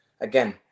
Again